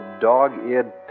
dog-eared